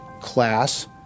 class